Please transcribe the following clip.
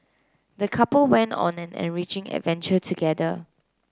the couple went on an enriching adventure together